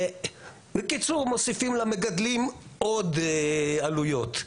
בקיצור, מוסיפים למגדלים עוד עלויות.